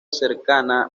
cercana